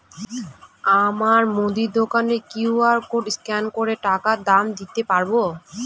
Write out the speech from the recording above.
আমার মুদি দোকানের কিউ.আর কোড স্ক্যান করে টাকা দাম দিতে পারব?